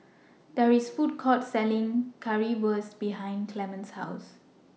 There IS A Food Court Selling Currywurst behind Clemens' House